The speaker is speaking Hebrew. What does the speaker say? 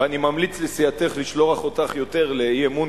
ואני ממליץ לסיעתך לשלוח אותך יותר לאי-אמון,